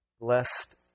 Blessed